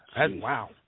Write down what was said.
Wow